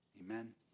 Amen